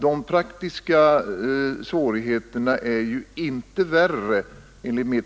De praktiska svårigheterna går ju